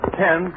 ten